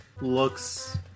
looks